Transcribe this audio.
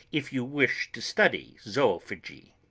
if you wish to study zoophagy!